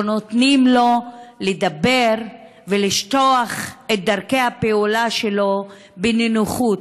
ונותנים לו לדבר ולשטוח את דרכי הפעולה שלו בנינוחות.